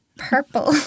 purple